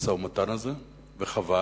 המשא-ומתן הזה, וחבל,